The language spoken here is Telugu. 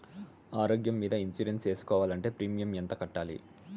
ఆరోగ్యం మీద ఇన్సూరెన్సు సేసుకోవాలంటే ప్రీమియం ఎంత కట్టాలి?